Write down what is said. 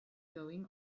going